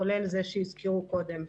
כולל זה שהזכירו קודם,